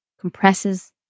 compresses